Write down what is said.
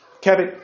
Kevin